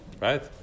Right